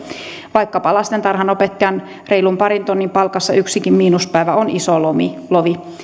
vaikkapa lastentarhanopettajan reilun parin tonnin palkassa yksikin miinuspäivä on iso lovi lovi